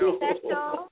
special